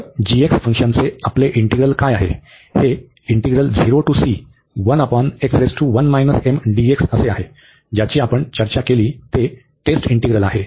तर फंक्शनचे आपले इंटीग्रल काय आहे हे आहे ज्याची आपण चर्चा केली ते टेस्ट इंटीग्रल आहे